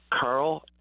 Carl